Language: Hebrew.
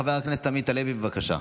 חבר הכנסת עמית הלוי, בבקשה.